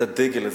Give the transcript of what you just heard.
את הדגל הזה,